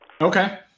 Okay